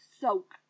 soak